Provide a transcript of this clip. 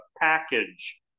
package